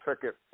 ticket